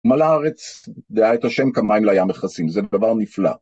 מלאה הארץ דעה את השם, כמיים לים מכסים, זה דבר נפלא.